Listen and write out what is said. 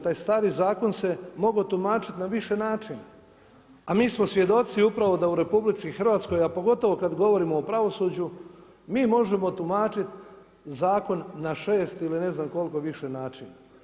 Taj stari zakon se mogao tumačiti na više načina, a mi smo svjedoci upravo da u Republici Hrvatskoj, a pogotovo kad govorimo o pravosuđu mi možemo tumačit zakon na šest ili ne znam koliko više načina.